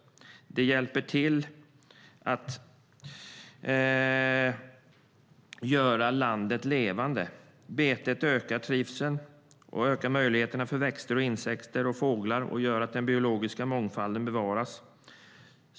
Det hjälper till att göra landet levande. Betet ökar trivseln, och det ökar möjligheterna för växter, insekter och fåglar och gör att den biologiska mångfalden bevaras.